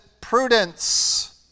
prudence